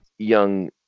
young